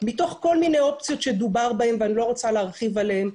מתוך כל מיני אופציות שדובר בהן ואני לא רוצה להרחיב עליהן,